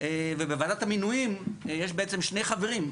ובוועדת המינויים יש בעצם שני חברים,